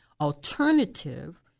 alternative